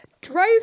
drove